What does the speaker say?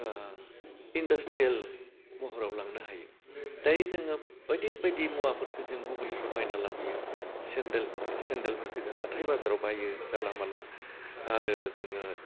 आह industrial मह'राव लांनो हायो दायो जोङो बायदि बायदि मुवाफोरखो जों गुबुननिफ्राय बायना लाबोयो सेन्डेल सेन्डेलफोरखौ जों हाथाइ बाजाराव बाइयो गालामाला आरो जोङो